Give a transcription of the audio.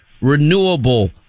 renewable